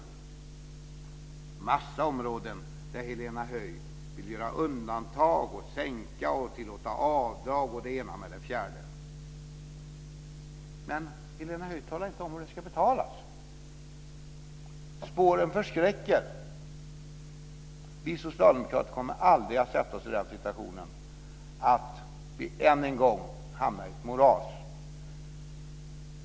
Det finns en massa områden där Helena Höij vill göra undantag, sänka och tillåta avdrag. Men Helena Höij talar inte om hur det ska betalas. Spåren förskräcker. Vi socialdemokrater kommer aldrig att sätta oss i den situationen att vi än en gång hamnar i ett moras.